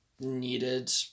needed